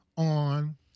on